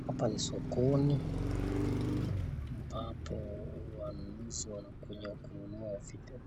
Hapa ni sokoni ambapo wanunuzi wamekuja kununua vitu.